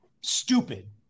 stupid